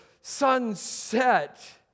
sunset